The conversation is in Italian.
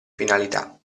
finalità